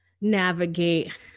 navigate